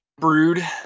Brood